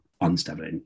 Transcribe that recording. unstable